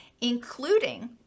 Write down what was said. including